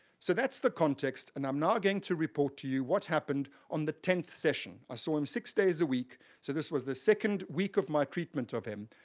so that's the context, and i'm now going to report to you what happened on the tenth session. i saw him six days a week, so this was the second week of my treatment of him,